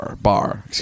Bar